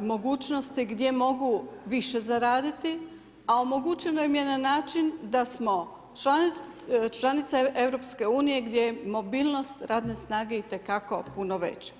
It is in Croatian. mogućnosti gdje mogu više zaraditi, a omogućeno im je na način da smo članice EU gdje je mobilnost radne snage itekako puno veća.